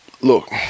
look